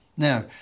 Now